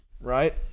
right